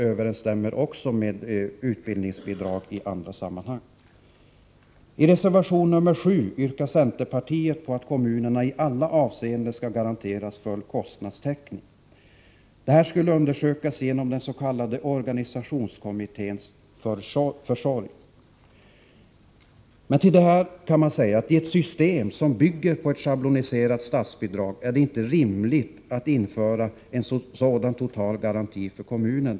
överensstämmer också med utbildningsbidrag i andra sammanhang. I reservation 7 yrkar centerpartiet att kommunerna i alla avseenden skall garanteras full kostnadstäckning. Detta bör undersökas genom den s.k. organisationskommitténs försorg. I ett system som bygger på ett schabloniserat statsbidrag är det inte rimligt att införa en sådan total garanti för kommunerna.